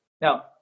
Now